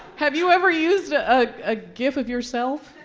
have you ever used ah ah a gif of yourself?